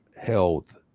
health